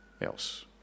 else